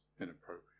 inappropriate